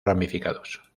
ramificados